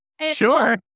Sure